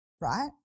right